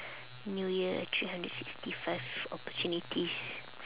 new year three hundred sixty five opportunities